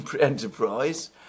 enterprise